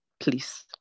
Please